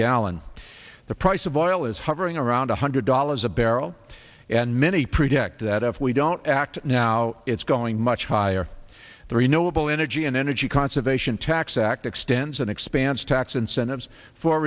gallon the price of oil is hovering around one hundred dollars a barrel and many predict that if we don't act now it's going much higher the renewable energy and energy conservation tax act extends an expanse tax incentives for